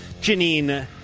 Janine